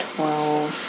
Twelve